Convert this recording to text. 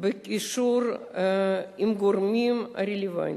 בקישור עם הגורמים הרלוונטיים,